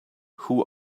who